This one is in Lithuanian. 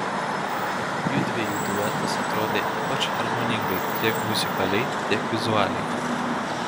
judviejų duetas atrodė ypač harmoningai tiek muzikaliai tiek vizualiai